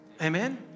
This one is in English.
Amen